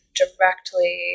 directly